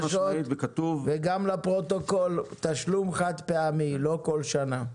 וגם לפרוטוקול, תשלום חד פעמי, לא כל שנה.